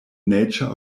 nature